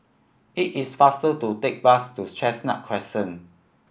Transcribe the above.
it is faster to take bus to Chestnut Crescent